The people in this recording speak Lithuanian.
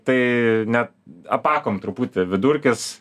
tai net apakom truputį vidurkis